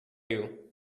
you